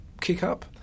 kick-up